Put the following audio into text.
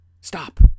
stop